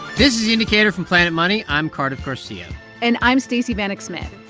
this is the indicator from planet money. i'm cardiff garcia and i'm stacey vanek smith.